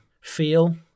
feel